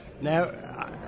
Now